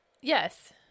Yes